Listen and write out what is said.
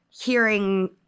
hearing